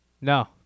No